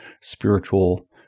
spiritual